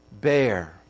bear